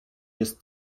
jest